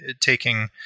taking